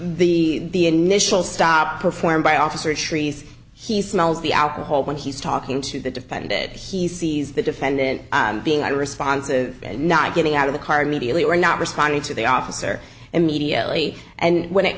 the the initial stop performed by officer trees he smells the alcohol when he's talking to the defended he sees the defendant being eye responses and not getting out of the card mediately or not responding to the officer immediately and when it